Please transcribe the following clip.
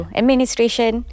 administration